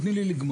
תני לי לגמור.